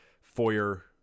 foyer